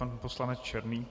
Pan poslanec Černý.